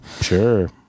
sure